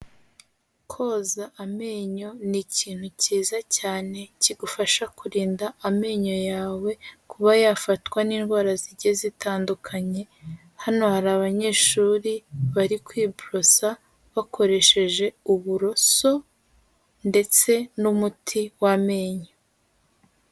Koza amenyo ni ikintu cyiza cyane kigufasha kurinda amenyo yawe kuba yafatwa n'indwara zigiye zitandukanye. Hano hari abanyeshuri bari kwiborosa bakoresheje uburoso ndetse n'umuti w'amenyo.